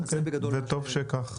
אוקיי, וטוב שכך.